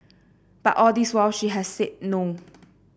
but all this while she has said no